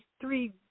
three